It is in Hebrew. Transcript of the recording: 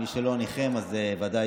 מי שלא ניחם, אז ודאי,